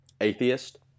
atheist